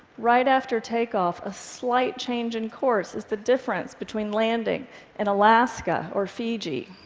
right after takeoff, a slight change in course is the difference between landing in alaska or fiji.